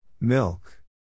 Milk